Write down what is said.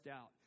out